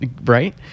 right